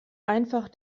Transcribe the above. einfach